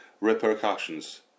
repercussions